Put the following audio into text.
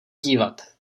dívat